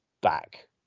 back